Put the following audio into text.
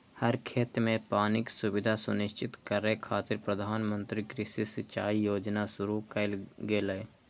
हर खेत कें पानिक सुविधा सुनिश्चित करै खातिर प्रधानमंत्री कृषि सिंचाइ योजना शुरू कैल गेलै